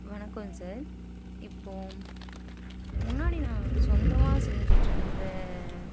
வணக்கம் சார் இப்போ முன்னாடி நான் சொந்தமாக செஞ்சிட்டு இருந்த